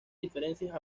diferencias